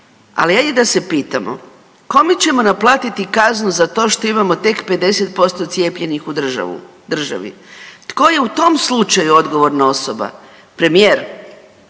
Ali ajde da se pitamo, kome ćemo naplatiti kaznu za to što imamo tek 50% cijepljenih u državu, državi. Tko je u tom slučaju odgovorna osoba, premijer,